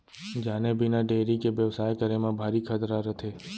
जाने बिना डेयरी के बेवसाय करे म भारी खतरा रथे